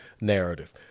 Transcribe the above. narrative